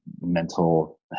mental